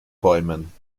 bäumen